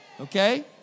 Okay